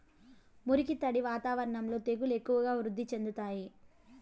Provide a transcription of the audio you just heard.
మురికి, తడి వాతావరణంలో తెగుళ్లు ఎక్కువగా వృద్ధి చెందుతాయి